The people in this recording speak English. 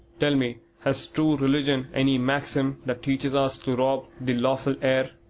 tell me has true religion any maxim that teaches us to rob the lawful heir?